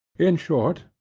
in short,